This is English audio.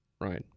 right